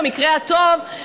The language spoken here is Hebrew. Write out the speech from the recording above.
במקרה הטוב,